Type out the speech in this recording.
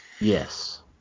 Yes